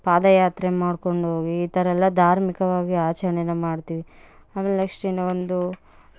ಪಾದಯಾತ್ರೆ ಮಾಡ್ಕೊಂಡು ಹೋಗಿ ಈ ಥರ ಎಲ್ಲ ಧಾರ್ಮಿಕವಾಗಿ ಆಚರಣೆಯನ್ನ ಮಾಡ್ತೀವಿ ಆಮೇಲೆ ನೆಕ್ಸ್ಟ್ ಇನ್ನು ಒಂದು